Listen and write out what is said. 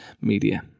media